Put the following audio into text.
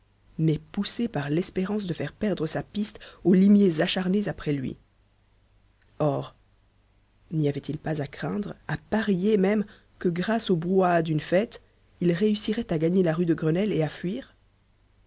mais poussé par l'espérance de faire perdre sa piste aux limiers acharnés après lui or n'y avait-il pas à craindre à parier même que grâce au brouhaha d'une fête il réussirait à gagner la rue de grenelle et à fuir